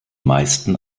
meisten